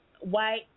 white